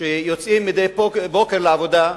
שיוצאים מדי בוקר לעבודה,